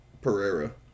Pereira